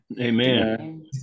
amen